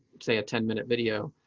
say a ten minute video.